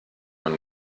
man